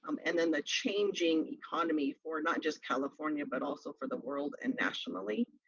um and then the changing economy, for not just california, but also for the world and nationally,